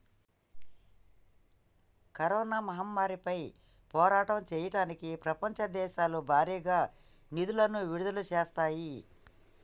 corona మహమ్మారిపై పోరాటం చెయ్యడానికి ప్రపంచ దేశాలు భారీగా నిధులను విడుదల చేత్తన్నాయి